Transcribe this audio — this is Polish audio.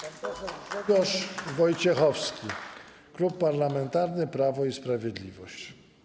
Pan poseł Grzegorz Wojciechowski, Klub Parlamentarny Prawo i Sprawiedliwość.